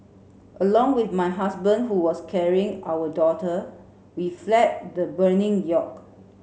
along with my husband who was carrying our daughter we fled the burning yacht